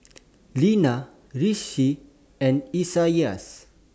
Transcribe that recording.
Linna Rishi and Isaias